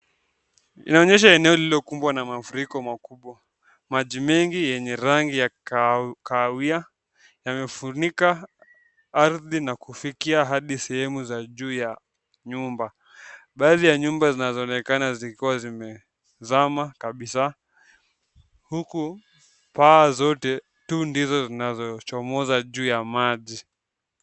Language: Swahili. Inaonyesha eneo lililo kumbwa na mafuriko makubwa, maji mengi yenye rangi ya kahawia na imefunika ardhi na kufikia hadi sehemu za juu ya nyumba, baadhi ya nyumba zinaonekana zikiwa zimezama kabisaa, huku paa zote tu ndizo zinazo chomoza juu ya maji.